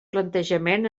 plantejament